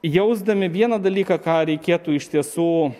jausdami vieną dalyką ką reikėtų iš tiesų